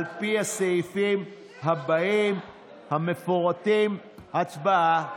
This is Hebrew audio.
על פי הסעיפים המפורטים, הצבעה.